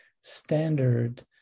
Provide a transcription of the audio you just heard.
standard